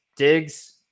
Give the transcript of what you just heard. Diggs